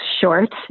short